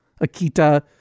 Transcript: Akita